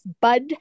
bud